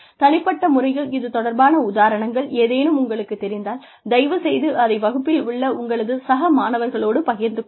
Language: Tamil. தனிப்பட்ட முறையில் இது தொடர்பான உதாரணங்கள் ஏதேனும் உங்களுக்குத் தெரிந்தால் தயவுசெய்து அதை வகுப்பில் உள்ள உங்களது சக மாணவர்களோடு பகிர்ந்து கொள்ளுங்கள்